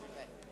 לא סיימתי.